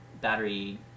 battery